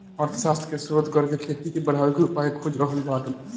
अर्थशास्त्र के शोध करके खेती के बढ़ावे के उपाय खोज रहल बाड़न